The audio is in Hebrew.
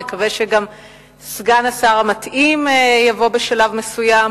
נקווה שגם סגן השר המתאים יבוא בשלב מסוים.